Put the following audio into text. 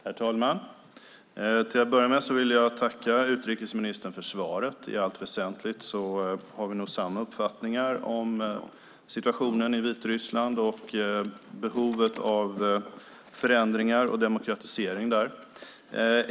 Herr talman! Till att börja med vill jag tacka utrikesministern för svaret. I allt väsentligt har vi nog samma uppfattningar om situationen i Vitryssland och om behovet av förändringar och demokratisering där.